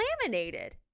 laminated